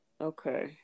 Okay